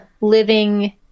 living